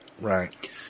Right